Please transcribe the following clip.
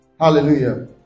Hallelujah